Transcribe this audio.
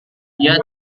dia